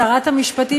שרת המשפטים,